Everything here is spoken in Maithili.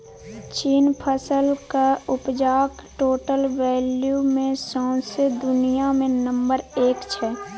चीन फसलक उपजाक टोटल वैल्यू मे सौंसे दुनियाँ मे नंबर एक छै